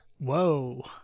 Whoa